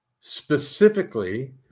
specifically